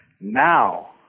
Now